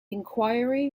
inquiry